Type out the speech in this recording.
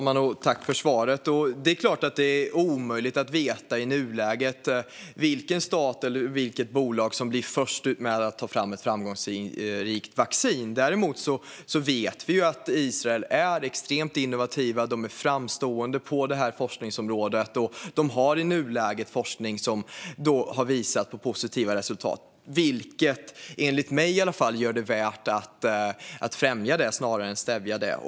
Fru talman! Jag tackar ledamoten för svaret. Det är i nuläget omöjligt att veta vilken stat eller vilket bolag som blir först med att ta fram ett framgångsrikt vaccin. Vi vet dock att Israel är extremt innovativt och framstående på detta forskningsområde. Man har i nuläget forskning som visar positiva resultat, vilket i alla fall enligt mig borde främjas snarare än stävjas.